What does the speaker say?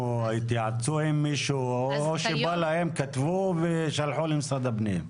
התייעצו עם מישהו או שכתבו מה שבא להם ושלחו למשרד הפנים?